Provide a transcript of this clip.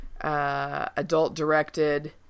adult-directed